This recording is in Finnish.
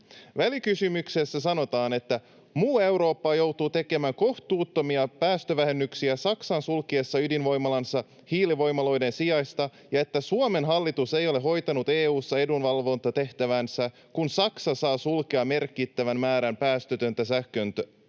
välikysymyksessä sanotaan: ”Muu Eurooppa joutuu tekemään kohtuuttomia päästövähennyksiä Saksan sulkiessa ydinvoimalansa hiilivoimaloiden sijasta. Suomen hallitus ei ole hoitanut EU:ssa edunvalvontatehtäväänsä, kun Saksa saa sulkea merkittävän määrän päästötöntä